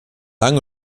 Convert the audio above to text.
lang